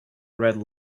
red